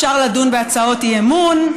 ואפשר לדון בהצעות אי-אמון.